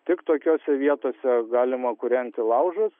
tik tokiose vietose galima kūrenti laužus